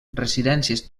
residències